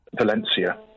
Valencia